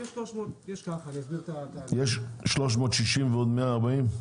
יש 360 ועוד 140?